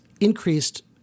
increased